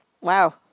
Wow